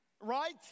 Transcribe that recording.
right